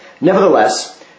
Nevertheless